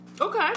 Okay